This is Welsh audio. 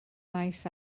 maes